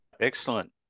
Excellent